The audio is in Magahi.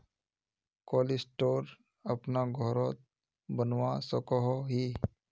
कोल्ड स्टोर अपना घोरोत बनवा सकोहो ही?